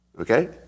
okay